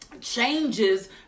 changes